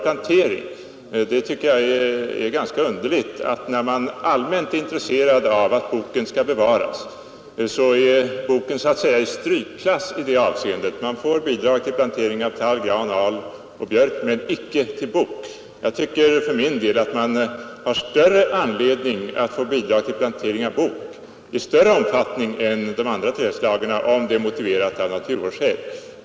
Jag tycker det är ganska underligt att när man allmänt är intresserad av att boken skall bevaras, så är boken så att säga i strykklass i det avseendet. Man får bidrag till plantering av tall, gran, al och björk men icke till plantering av bok. För min del tycker jag att man har anledning att få bidrag till plantering av bok i större omfattning än när det gäller de andra trädslagen, om det är motiverat av naturvårdsskäl.